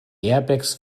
airbags